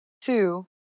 two